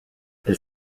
elle